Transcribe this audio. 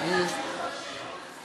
(קוראת בשמות חברי הכנסת)